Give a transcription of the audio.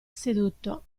seduto